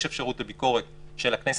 יש אפשרות לביקורת של הכנסת,